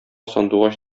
сандугач